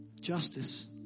justice